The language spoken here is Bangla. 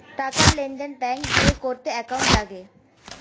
টাকার লেনদেন ব্যাঙ্ক দিয়ে করতে অ্যাকাউন্ট লাগে